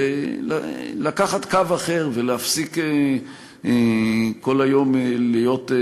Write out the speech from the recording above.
ולקחת קו אחר ולהפסיק כל היום להיות,